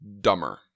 dumber